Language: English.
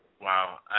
Wow